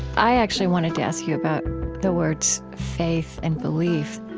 i actually wanted to ask you about the words faith and belief.